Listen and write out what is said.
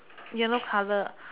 yellow colour